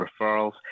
referrals